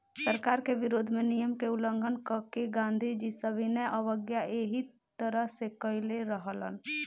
सरकार के विरोध में नियम के उल्लंघन क के गांधीजी सविनय अवज्ञा एही तरह से कईले रहलन